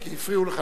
הפריעו לך,